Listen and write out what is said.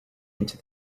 into